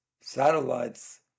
satellites